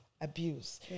abuse